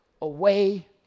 away